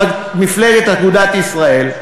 מפלגת אגודת ישראל,